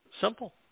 simple